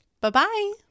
Bye-bye